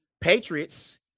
Patriots